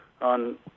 on